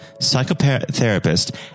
psychotherapist